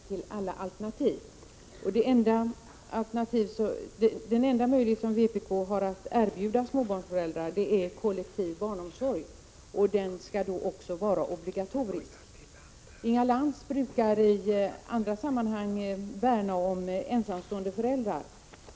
Fru talman! Vpk säger nej till alla alternativ. Den enda möjlighet som vpk har att erbjuda småbarnsföräldrar är kollektiv barnomsorg — och den skall också vara obligatorisk. Inga Lantz brukar i andra sammanhang värna om ensamstående föräldrar.